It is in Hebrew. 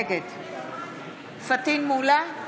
נגד פטין מולא,